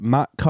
Matt